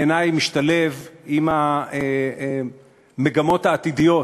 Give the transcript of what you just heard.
בעיני, משתלב במגמות העתידיות